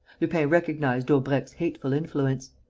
lupin recognized daubrecq's hateful influence.